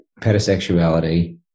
pedosexuality